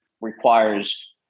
requires